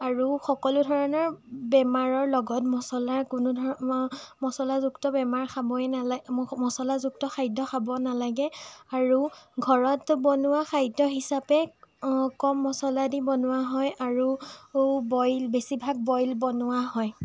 আৰু সকলো ধৰণৰ বেমাৰৰ লগত মছলাৰ কোনো ধৰণৰ মছলাযুক্ত বেমাৰ খাবই নালা মছলাযুক্ত খাদ্য খাব নালাগে আৰু ঘৰত বনোৱা খাদ্য হিচাপে কম মছলা দি বনোৱা হয় আৰু বইল বেছিভাগ বইল বনোৱা হয়